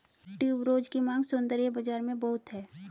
tuberose की मांग सौंदर्य बाज़ार में बहुत है